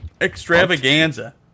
extravaganza